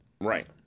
Right